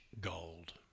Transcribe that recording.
gold